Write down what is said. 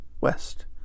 west